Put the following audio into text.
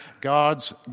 God's